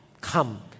come